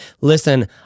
listen